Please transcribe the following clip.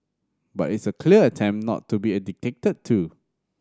but it's a clear attempt not to be a dictated to